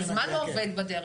אז מה לא עובד בדרך?